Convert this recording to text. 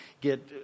get